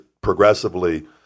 progressively